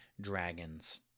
dragons